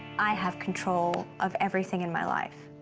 i have control of everything in my life.